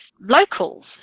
locals